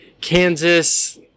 Kansas